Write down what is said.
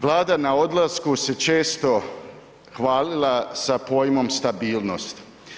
Vlada na odlasku se često hvalila sa pojmom stabilnost.